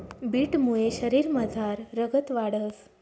बीटमुये शरीरमझार रगत वाढंस